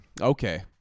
Okay